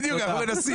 בדיוק, אנחנו מנסים.